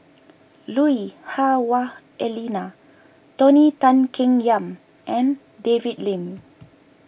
Lui Hah Wah Elena Tony Tan Keng Yam and David Lim